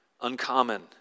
uncommon